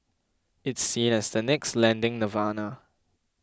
it's seen as the next lending nirvana